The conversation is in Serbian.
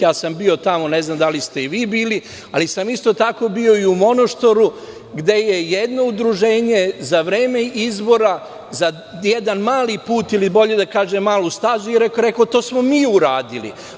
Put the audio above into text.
Bio sam tamo, ne znam da li ste i vi bili, ali sam isto tako bio i u Monoštoru, gde je jedno udruženje za vreme izbora za jedan mali put ili, bolje da kažem malu stazu, rekao - to smo mi uradili.